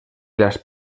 las